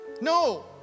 No